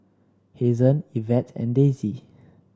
Hazen Evette and Daisy